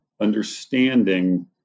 understanding